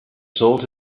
sold